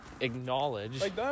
acknowledge